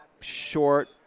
short